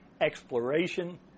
exploration